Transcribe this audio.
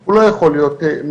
הוא לא יכול מעסיק.